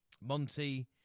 Monty